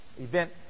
event